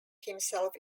himself